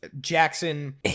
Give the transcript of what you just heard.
jackson